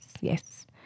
Yes